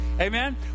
Amen